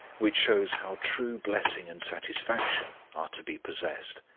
which shows how true blessing and satisfaction are to be possessed.